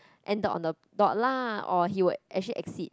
ended on the dot lah or he will actually exceed